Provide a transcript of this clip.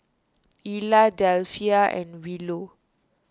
Ilah Delphia and Willow